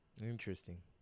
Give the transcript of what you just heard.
Interesting